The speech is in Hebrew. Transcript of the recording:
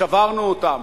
שברנו אותם.